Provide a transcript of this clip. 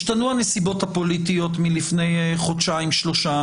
השתנו הנסיבות הפוליטיות מלפני חודשיים-שלושה.